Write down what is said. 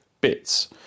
bits